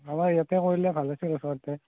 আমাৰ ইয়াতে কৰিলে ভাল আছিল ওচৰতে